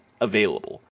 available